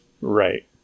right